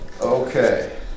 Okay